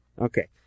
Okay